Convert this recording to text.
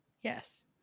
yes